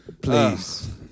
please